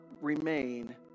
remain